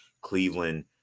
cleveland